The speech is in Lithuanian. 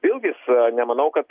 vėlgis nemanau kad